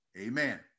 Amen